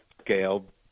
scale